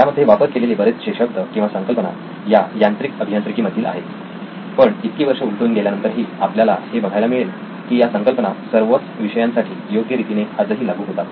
यामध्ये वापर केलेले बरेचसे शब्द किंवा संकल्पना या यांत्रिक अभियांत्रिकी मधील आहेत पण इतकी वर्ष उलटून गेल्या नंतरही आपल्याला हे बघायला मिळेल की या संकल्पना सर्वच विषयांसाठी योग्य रितीने आजही लागू होतात